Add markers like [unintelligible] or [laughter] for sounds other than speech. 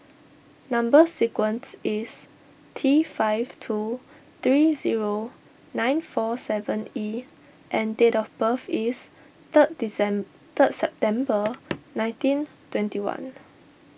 Number Sequence is T five two three zero nine four seven E and date of birth is third [unintelligible] third September nineteen twenty one